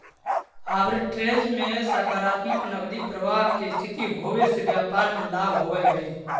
arbitrage में सकारात्मक नकदी प्रवाह के स्थिति होवे से व्यापार में लाभ होवऽ हई